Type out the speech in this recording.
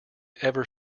ever